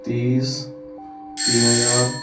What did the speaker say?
तीस तीन हजार